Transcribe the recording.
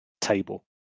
table